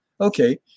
Okay